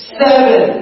seven